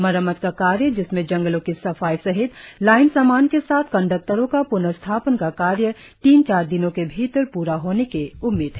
मरम्मत का कार्य जिसमें जंगलो की सफाई सहित लाइन सामान के साथ कंडक्टरो का प्नर्स्थापन का कार्य तीन चार दिनों के भीतर पूरा होने की उम्मीद है